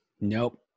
nope